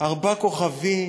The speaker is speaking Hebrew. ארבעה כוכבים